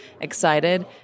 excited